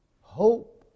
Hope